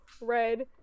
Red